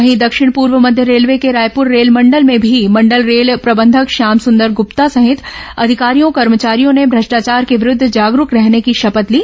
वहीं दक्षिण पूर्व मध्य रेलवे के रायपुर रेलमंडल में भी मंडल रेल प्रबंधक श्याम संदर गृप्ता सहित अधिकारियों कर्मचारियों ने भ्रष्टाचार के विरुद्ध जागरूक रहने की शपथ ली